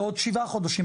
לעוד שבעה חודשים,